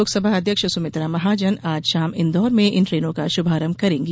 लोकसभा अध्यक्ष सुमित्रा महाजन आज शाम इन्दौर में इन ट्रेनों का शुभारंभ करेंगी